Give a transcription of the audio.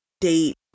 date